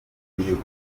imihigo